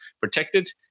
protected